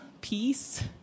peace